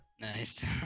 nice